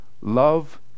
Love